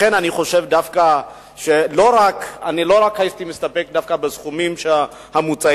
לכן אני חושב שאני לא הייתי מסתפק דווקא בסכומים המוצעים.